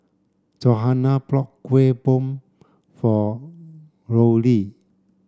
Johana brought Kueh Bom for Rollie